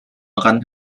akan